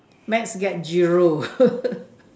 maths get zero